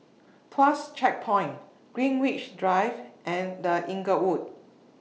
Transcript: Tuas Checkpoint Greenwich Drive and The Inglewood